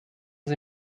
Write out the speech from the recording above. sie